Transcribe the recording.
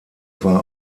war